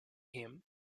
him